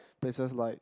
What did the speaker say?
places like